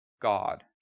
God